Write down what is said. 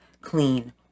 clean